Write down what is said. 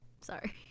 sorry